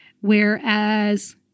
whereas